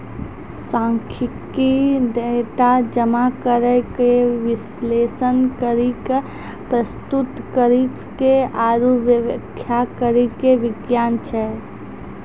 सांख्यिकी, डेटा जमा करै के, विश्लेषण करै के, प्रस्तुत करै के आरु व्याख्या करै के विज्ञान छै